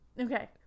Okay